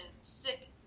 sick